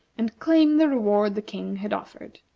and claim the reward the king had offered.